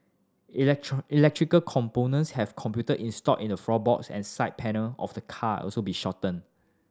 electric electrical components have computer installed in the floorboards and side panel of the car also be shorten